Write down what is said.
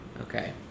Okay